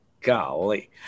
golly